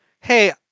hey